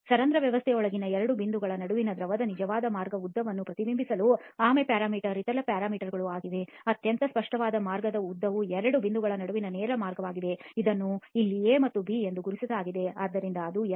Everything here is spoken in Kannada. ಸರಂಧ್ರ ವ್ಯವಸ್ಥೆಯೊಳಗಿನ ಎರಡು ಬಿಂದುಗಳ ನಡುವಿನ ದ್ರವದ ನಿಜವಾದ ಮಾರ್ಗದ ಉದ್ದವನ್ನು ಪ್ರತಿಬಿಂಬಿಸುವ ಆಮೆ ಪ್ಯಾರಾಮೀಟರ್ ಇತರ ಪ್ಯಾರಾಮೀಟರ್ ಆಗಿದೆ ಅತ್ಯಂತ ಸ್ಪಷ್ಟವಾದ ಮಾರ್ಗದ ಉದ್ದವು ಎರಡು ಬಿಂದುಗಳ ನಡುವಿನ ನೇರ ಮಾರ್ಗವಾಗಿದೆ ಇದನ್ನು ಇಲ್ಲಿ ಎ ಮತ್ತು ಬಿ ಎಂದು ಗುರುತಿಸಲಾಗಿದೆ ಆದ್ದರಿಂದ ಅದು ಎಲ್